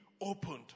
opened